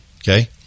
Okay